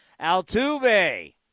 Altuve